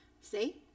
See